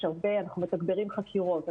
אנחנו מתגברים חקירות,